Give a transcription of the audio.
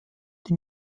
die